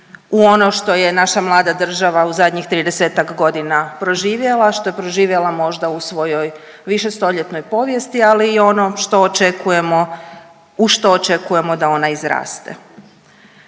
u ono što je naša mlada država u zadnjih 30-ak godina proživjela, što je proživjela možda u svojoj višestoljetnoj povijesti, ali i ono što očekujemo, u što očekujemo da ona izraste.